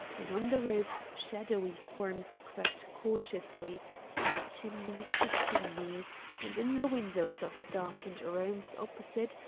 and on the roofs shadowy forms crept cautiously from chimney to chimney and in the windows of darkened rooms opposite,